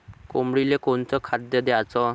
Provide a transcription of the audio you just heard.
कोंबडीले कोनच खाद्य द्याच?